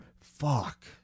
fuck